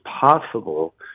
possible